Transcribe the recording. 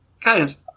guys